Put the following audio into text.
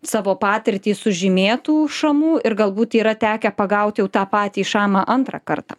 savo patirtį sužymėtų šamų ir galbūt yra tekę pagaut jau tą patį šamą antrą kartą